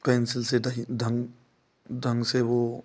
pencil से नहीं ढंग ढंग से वह